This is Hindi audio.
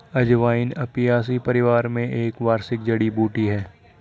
अजवाइन अपियासी परिवार में एक वार्षिक जड़ी बूटी है